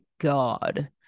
God